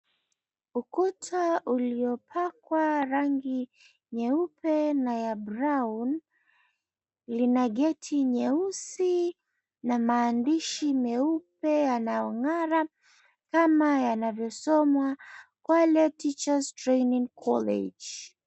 Ukuta uliopakwa rangi nyeupe na ya brown , lina geti nyeusi na maandishi meupe yanayong'ara kama yanavyosomwa, Kwale Teacher's Training College.